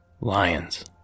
lions